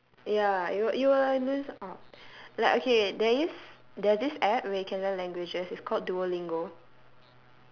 ya you were you were oh like okay there is there's this app where you can learn different languages it's called duolingo